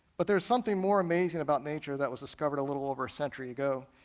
but there is something more amazing about nature that was discovered a little over a century ago,